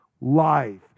life